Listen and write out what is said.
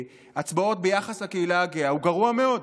בהצבעות ביחס לקהילה הגאה הוא גרוע מאוד,